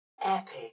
Epic